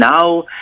now